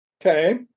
Okay